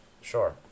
Sure